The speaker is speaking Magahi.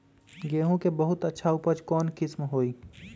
गेंहू के बहुत अच्छा उपज कौन किस्म होई?